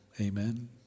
Amen